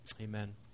Amen